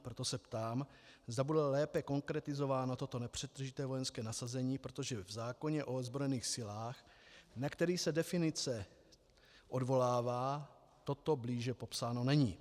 Proto se ptám, zda bude lépe konkretizováno toto nepřetržité vojenské nasazení, protože v zákoně o ozbrojených silách, na který se definice odvolává, toto blíže popsáno není.